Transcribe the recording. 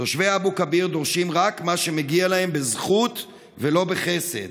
תושבי אבו כביר דורשים רק מה שמגיע להם בזכות ולא בחסד: